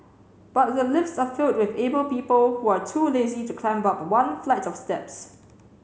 but the lifts are filled with able people who are too lazy to climb up one flight of steps